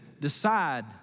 decide